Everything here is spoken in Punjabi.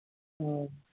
ਹਾਂ